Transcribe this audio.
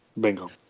Bingo